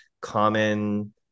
common